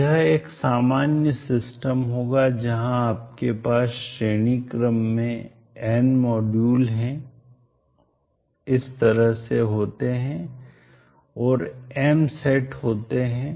तो यह एक सामान्य सिस्टम होगा जहां आपके पास श्रेणी क्रम में n मॉड्यूल इस तरह से होते हैं और m सेट होते हैं